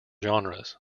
genres